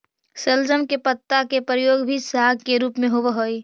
शलजम के पत्ता के प्रयोग भी साग के रूप में होव हई